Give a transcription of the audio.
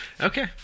Okay